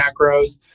macros